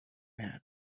man